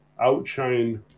outshine